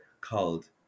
called